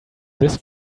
this